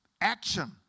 action